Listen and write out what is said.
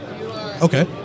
Okay